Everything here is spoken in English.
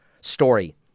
story